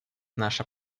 наша